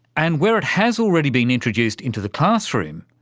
and where it has already been introduced into the classroom,